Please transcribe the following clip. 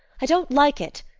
i don't like it.